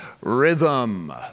Rhythm